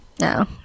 No